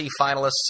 finalists